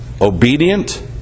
obedient